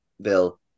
Bill